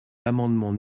l’amendement